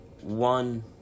one